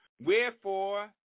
Wherefore